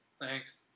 Thanks